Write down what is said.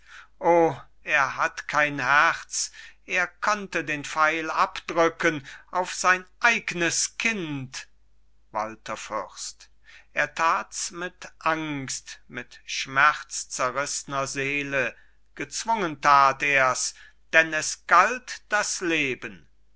o er hat kein herz er konnte den pfeil abdrücken auf sein eignes kind walther fürst er tat's mit angst mit schmerzzerrissner seele gezwungen tat er's denn es galt das leben